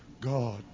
God